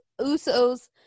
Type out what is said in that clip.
Usos